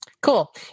Cool